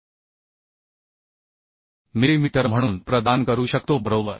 तर आपण b 690 millimetre म्हणून प्रदान करू शकतो बरोबर